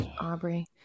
Aubrey